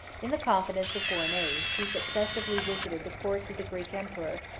in the confidence of foreign aid, he successively visited the courts of the greek emperor,